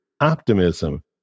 optimism